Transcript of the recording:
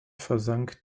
versank